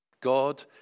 God